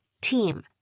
Team